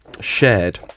shared